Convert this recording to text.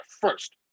first